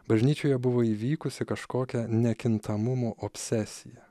bažnyčioje buvo įvykusi kažkokia nekintamumo obsesija